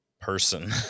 person